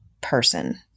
person